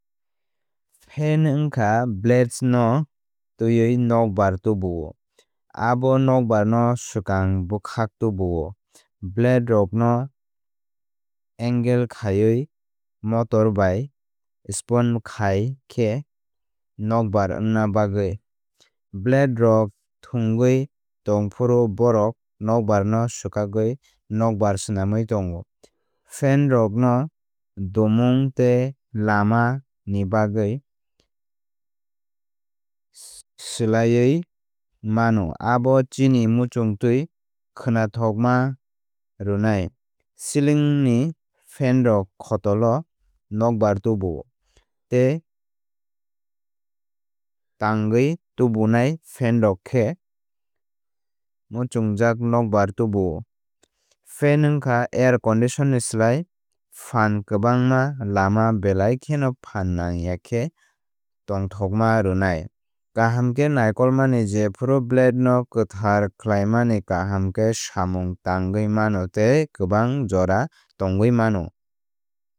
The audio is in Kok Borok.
Fen wngkha blades no twiwi nokbar tubuo abo nokbar no swkang bwkhak tubuo. Blade rok no angle khaiwi motor bai spun khai khe nokbar wngna bagwi. Blade rok thwngwi tongphuru bohrok nokbar no swkakwi nokbar swnamwi tongo. Fen rok no domung tei lama ni bagwi swlaiwi mano abo nini muchungtwi khwnathokma rwnai. Silingni fanrok khotol o nokbar tubuo tei tangwi tubunai fenrok khe muchungjak nokbar tubuo. Fen wngkha air condition ni slai phankwbangma lama belai kheno phan nangya khe tongthokma rwnai. Kaham khe naikolmani jephru blades no kwthar khlaimani kaham khe samung tangwi mano tei kwbang jora tongwi mano.